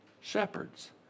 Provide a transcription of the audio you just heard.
Shepherds